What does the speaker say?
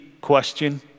question